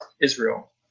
Israel